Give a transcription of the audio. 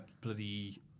Bloody